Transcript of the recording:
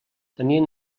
tenien